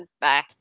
bye